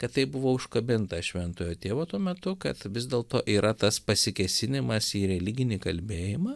kad tai buvo užkabinta šventojo tėvo tuo metu kad vis dėlto yra tas pasikėsinimas į religinį kalbėjimą